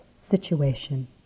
situation